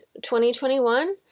2021